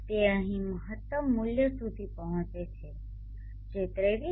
તે અહીં મહત્તમ મૂલ્ય સુધી પહોંચે છે જે 23